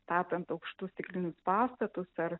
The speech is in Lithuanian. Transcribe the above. statant aukštus stiklinius pastatus ar